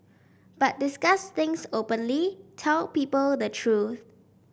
but discuss things openly tell people the truth